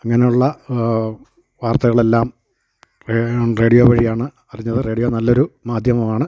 അങ്ങനെയുള്ള വാർത്തകളെല്ലാം വേഗം റേഡിയോ വഴിയാണ് അറിഞ്ഞത് റേഡിയോ നല്ലൊരു മാധ്യമമാണ്